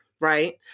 Right